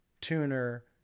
tuner